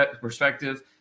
perspective